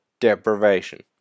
Deprivation